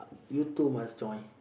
you two must join